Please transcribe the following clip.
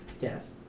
Yes